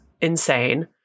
insane